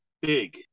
big